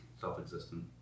self-existent